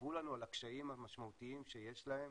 וסיפרו לנו על הקשיים המשמעותיים שיש להם